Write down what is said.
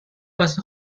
واسه